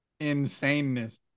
insaneness